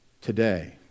today